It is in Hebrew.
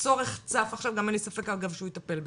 הצורך צף עכשיו וגם אין לי ספק עכשיו שהוא יטפל בזה.